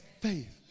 faith